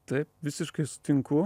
taip visiškai sutinku